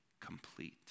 complete